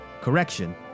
correction